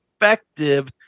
effective